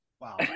Wow